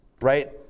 right